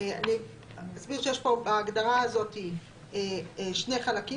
אני אסביר שיש פה בהגדרה הזאת שני חלקים.